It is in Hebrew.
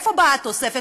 מאיפה באה התוספת?